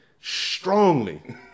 strongly